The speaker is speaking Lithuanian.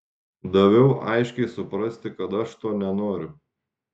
daviau aiškiai suprasti kad aš to nenoriu